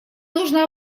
нужно